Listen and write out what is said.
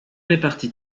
réparti